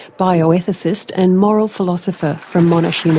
bioethicist and moral philosopher from monash and